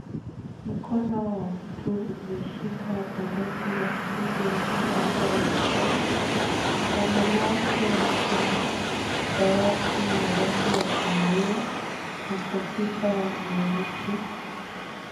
Mkono wa mtu umeshika manoti ya shiling elfu moja ya Kenya na mbele yake kuna dawati ya rangi ya kahawia na kompyuta nyeusi.